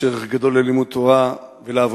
יש ערך גדול ללימוד תורה ולאברכים,